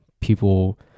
people